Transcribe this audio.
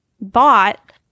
bought